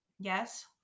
Yes